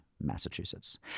Massachusetts